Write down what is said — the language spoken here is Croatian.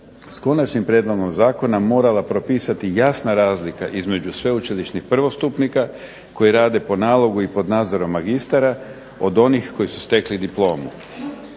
konačnim prijedlogom zakona morala propisati jasna razlika između sveučilišnih prvostupnika koji rade po nalogu i pod nadzorom magistara od onih koji su stekli diplomu.